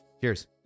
Cheers